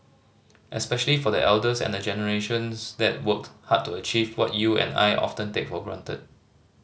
especially for the elders and the generations that worked hard to achieve what you and I often take for granted